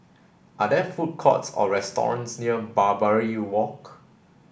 are there food courts or restaurants near Barbary Walk